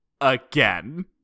Again